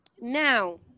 Now